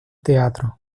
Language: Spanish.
teatro